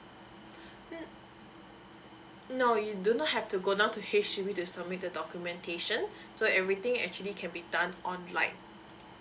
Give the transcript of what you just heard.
mm no you do not have to go down to H_D_B to submit the documentation so everything actually can be done online